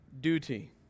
duty